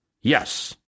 Yes